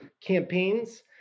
campaigns